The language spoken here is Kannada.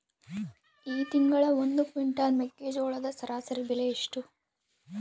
ಈ ತಿಂಗಳ ಒಂದು ಕ್ವಿಂಟಾಲ್ ಮೆಕ್ಕೆಜೋಳದ ಸರಾಸರಿ ಬೆಲೆ ಎಷ್ಟು?